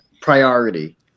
priority